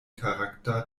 charakter